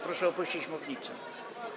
Proszę opuścić mównicę.